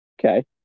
okay